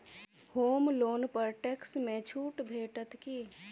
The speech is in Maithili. होम लोन पर टैक्स मे छुट भेटत की